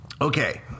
Okay